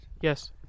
Yes